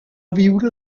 viure